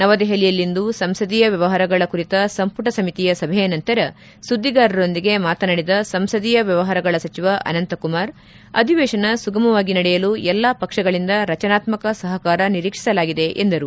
ನವದೆಹಲಿಯಲ್ಲಿಂದು ಸಂಸದೀಯ ವ್ಯವಹಾರಗಳ ಕುರಿತ ಸಂಪುಟ ಸಮಿತಿಯ ಸಭೆಯ ನಂತರ ಸುದ್ದಿಗಾರರೊಂದಿಗೆ ಮಾತನಾಡಿದ ಸಂಸದೀಯ ವ್ಲವಹಾರಗಳ ಸಚಿವ ಅನಂತಕುಮಾರ್ ಅಧಿವೇಶನ ಸುಗಮವಾಗಿ ನಡೆಯಲು ಎಲ್ಲ ಪಕ್ಷಗಳಿಮದ ರಚನಾತ್ಹಕ ಸಹಕಾರ ನಿರೀಕ್ಷಿಸಲಾಗಿದೆ ಎಂದರು